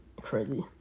crazy